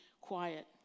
quiet